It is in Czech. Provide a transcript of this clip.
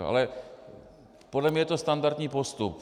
Ale podle mě je to standardní postup.